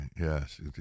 Yes